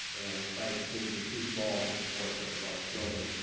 and the site seems to be too small to support such a large building.